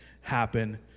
happen